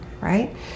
right